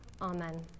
Amen